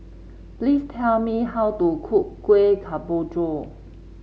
please tell me how to cook Kueh Kemboja